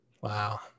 Wow